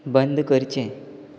बंद करचें